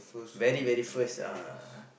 very very first uh